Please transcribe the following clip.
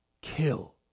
Kill